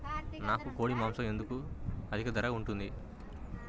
నాకు కోడి మాసం ఎందుకు అధిక ధర ఉంటుంది?